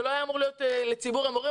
זה לא היה אמור להיות לציבור המורים,